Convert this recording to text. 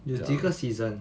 有几个 season